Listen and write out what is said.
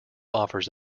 offers